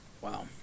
Wow